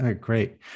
Great